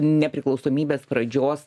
nepriklausomybės pradžios